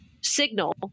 signal